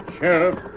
Sheriff